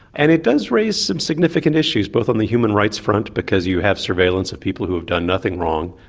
and it does raise some significant issues, both on the human rights front because you have surveillance of people who have done nothing wrong,